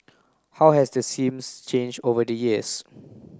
how has the seems change over the years